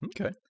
okay